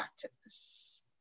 practice